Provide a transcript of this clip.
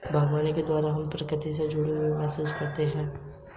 खिड़की और दरवाजे के निर्माण में शीशम आदि की लकड़ी का प्रयोग होता है